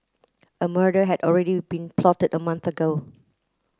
a murder had already been plotted a month ago